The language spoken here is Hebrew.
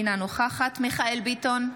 אינה נוכחת מיכאל מרדכי ביטון,